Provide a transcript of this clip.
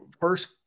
first